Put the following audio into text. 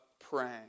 praying